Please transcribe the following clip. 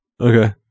Okay